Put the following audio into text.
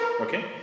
Okay